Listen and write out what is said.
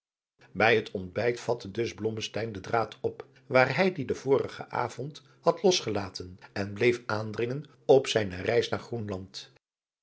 bij het ontbijt vatte dus blommesteyn den draad op waar hij dien den vorigen avond had losgelaten en bleef aandringen op zijne reis naar groenland